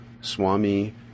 Swami